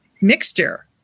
mixture